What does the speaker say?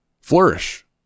flourish